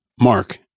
Mark